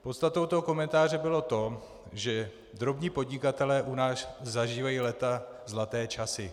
Podstatou toho komentáře bylo to, že drobní podnikatelé u nás zažívají léta zlaté časy.